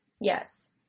yes